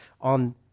on